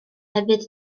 hefyd